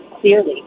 clearly